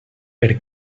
per